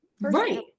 right